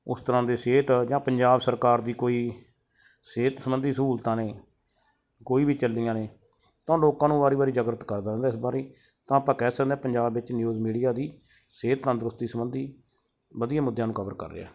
ਉਸ ਤਰ੍ਹਾਂ ਦੇ ਸਿਹਤ ਜਾਂ ਪੰਜਾਬ ਸਰਕਾਰ ਦੀ ਕੋਈ ਸਿਹਤ ਸੰਬੰਧੀ ਸਹੂਲਤਾਂ ਨੇ ਕੋਈ ਵੀ ਚੱਲੀਆਂ ਨੇ ਤਾਂ ਲੋਕਾਂ ਨੂੰ ਵਾਰ ਵਾਰ ਜਾਗਰੂਕ ਕਰਦਾ ਰਹਿੰਦਾ ਇਸ ਬਾਰੇ ਤਾਂ ਆਪਾਂ ਕਹਿ ਸਕਦੇ ਹਾਂ ਪੰਜਾਬ ਵਿੱਚ ਨਿਊਜ਼ ਮੀਡੀਆ ਦੀ ਸਿਹਤ ਤੰਦਰੁਸਤੀ ਸਬੰਧੀ ਵਧੀਆ ਮੁੱਦਿਆਂ ਨੂੰ ਕਵਰ ਕਰ ਰਿਹਾ